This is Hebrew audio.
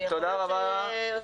זה יכול להיות יותר פשוט.